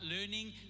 learning